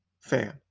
fan